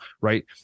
right